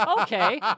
Okay